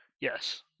Yes